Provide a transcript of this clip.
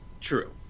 true